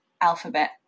alphabet